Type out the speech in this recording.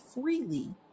freely